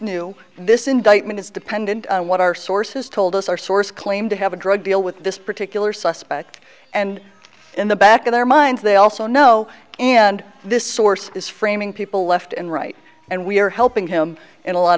knew this indictment is dependent on what our sources told us our source claimed to have a drug deal with this particular suspect and in the back of their minds they also know and this source is framing people left and right and we are helping him in a lot